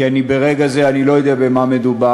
כי ברגע זה אני לא יודע במה מדובר,